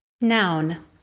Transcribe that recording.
Noun